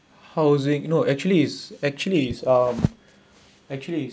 housing no actually is actually is um actually is